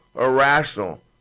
irrational